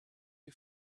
you